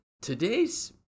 today's